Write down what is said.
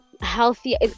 healthy